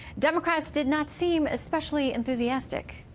democrats did not seem especially enthusiastic.